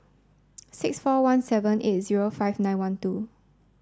six four one seven eight zero five nine one two